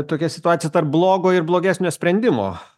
tokia situacija tarp blogo ir blogesnio sprendimo